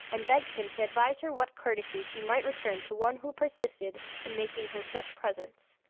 and begged him to advise her what courtesy she might return to one who persisted in making her such presents.